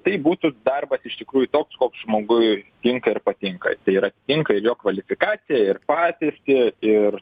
tai būtų darbas iš tikrųjų toks koks žmogui tinka ir patinka tai yra atitinka jo kvalifikaciją ir patirtį ir